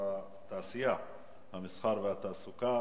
המסחר והתעסוקה,